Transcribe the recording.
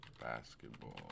basketball